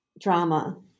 drama